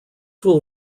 will